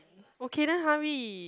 okay then hurry